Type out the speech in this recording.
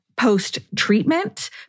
Post-treatment